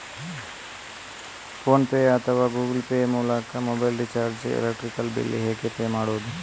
Phone pay ಅಥವಾ Google Pay ಮೂಲಕ mobile recharge, electricity bill ಹೇಗೆ ಪೇ ಮಾಡುವುದು?